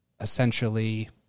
essentially